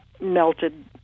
melted